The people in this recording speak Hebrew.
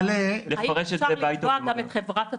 -- האם אפשר לתבוע גם את חברות התרופות: